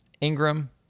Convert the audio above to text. Ingram